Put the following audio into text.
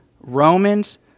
Romans